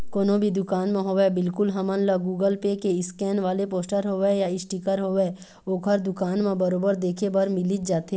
कोनो भी दुकान म होवय बिल्कुल हमन ल गुगल पे के स्केन वाले पोस्टर होवय या इसटिकर होवय ओखर दुकान म बरोबर देखे बर मिलिच जाथे